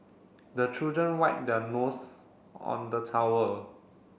the children wipe their nose on the towel